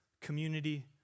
community